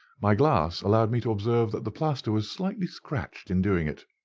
my glass allowed me to observe that the plaster was slightly scratched in doing it,